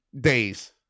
days